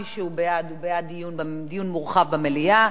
מי שהוא בעד הוא בעד דיון מורחב במליאה,